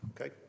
Okay